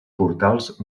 portals